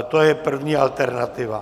To je první alternativa.